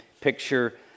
picture